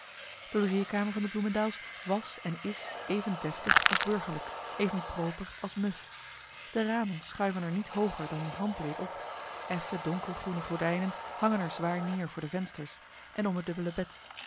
de logeerkamer van de bloemendaels was en is even deftig als burgerlijk even proper als muf de ramen schuiven er niet hooger dan een handbreed op effen donker groene gordijnen hangen er zwaar neer voor de vensters en om het dubbele bed